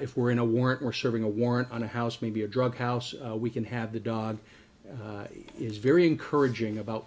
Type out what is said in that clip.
if we're in a war or serving a warrant on a house maybe a drug house we can have the dog is very encouraging about